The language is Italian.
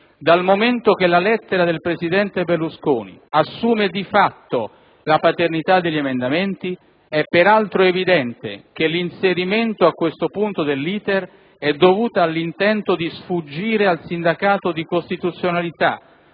Dal momento che la lettera del presidente Berlusconi assume di fatto la paternità degli emendamenti, è peraltro evidente che l'inserimento a questo punto dell'*iter* è dovuto all'intento di sfuggire al sindacato di costituzionalità